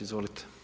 Izvolite.